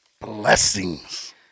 Blessings